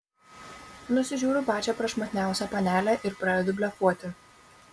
nusižiūriu pačią prašmatniausią panelę ir pradedu blefuoti